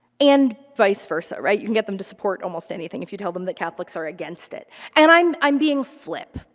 and vice versa, right? you can get them to support almost anything if you tell them that catholics are against it. and i'm i'm being flip.